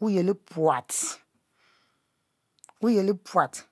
wuyeli puat wuyeh puat